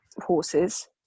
horses